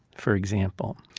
for example,